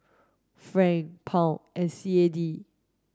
Franc Pound and C A D